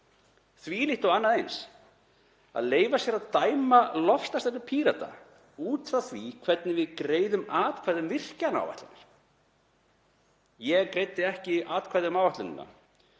Þvílíkt og annað eins, að leyfa sér að dæma loftslagsstefnu Pírata út frá því hvernig við greiðum atkvæði um virkjunaráætlanir. Ég greiddi ekki atkvæði um áætlunina